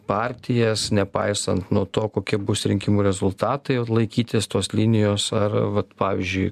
partijas nepaisant nuo to kokie bus rinkimų rezultatai laikytis tos linijos ar vat pavyzdžiui